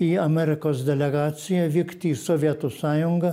į amerikos delegaciją vykti į sovietų sąjungą